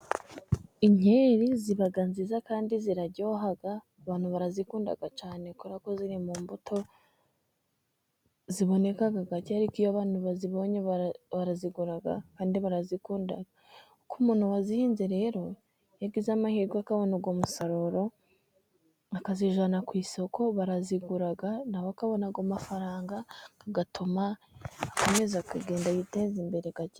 Inkeri ziba nziza kandi ziraryoha, abantu barazikunda cyane kubera ko ziri mu mbuto ziboneka gake, ariko iyo abantu bazibonye barazigura kandi barazikunda, kuko umuntu wazihinze rero iyo agize amahirwe akabona uwo musaruro akazijyana ku isoko, barazigura na we akabona ayo mafaranga agatuma akomeza kugenda yiteza imbere gake.